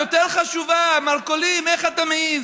היא יותר חשובה, המרכולים, איך אתה מעז?